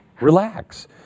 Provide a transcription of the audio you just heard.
relax